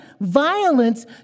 violence